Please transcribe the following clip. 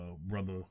brother